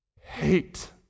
hate